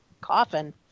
coffin